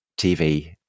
TV